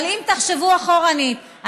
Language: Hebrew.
אבל אם תחשבו אחורנית,